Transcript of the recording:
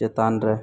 ᱪᱮᱛᱟᱱ ᱨᱮ